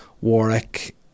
Warwick